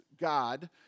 God